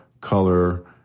color